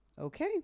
okay